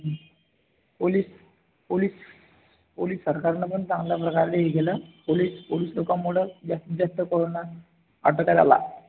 police police police सरकारनं पण चांगल्या प्रकारे हे केलं पोलिस पोलिस लोकामुळं जास्तीत जास्त कोरोना आटोक्यात आला